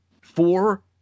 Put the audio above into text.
four